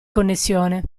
connessione